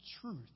truth